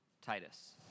Titus